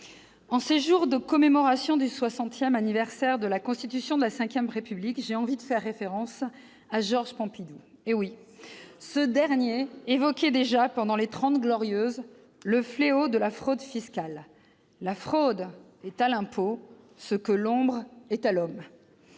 en ces jours de commémoration du soixantième anniversaire de la Constitution de la V République, j'ai envie de faire référence à Georges Pompidou. Très bien ! Ce dernier évoquait déjà durant les trente glorieuses le fléau de la fraude fiscale :« La fraude est à l'impôt ce que l'ombre est à l'homme.